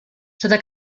sota